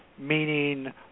Meaning